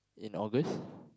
in August